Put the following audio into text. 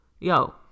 yo